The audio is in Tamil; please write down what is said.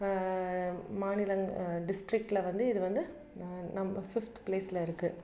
மாநிலங் டிஸ்ட்ரிக்டில் வந்து இது வந்து நம்ம ஃபிஃப்த் ப்ளேஸில் இருக்குது